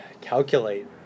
calculate